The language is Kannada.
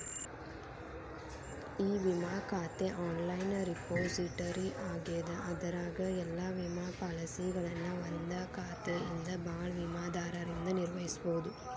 ಇ ವಿಮಾ ಖಾತೆ ಆನ್ಲೈನ್ ರೆಪೊಸಿಟರಿ ಆಗ್ಯದ ಅದರಾಗ ಎಲ್ಲಾ ವಿಮಾ ಪಾಲಸಿಗಳನ್ನ ಒಂದಾ ಖಾತೆಯಿಂದ ಭಾಳ ವಿಮಾದಾರರಿಂದ ನಿರ್ವಹಿಸಬೋದು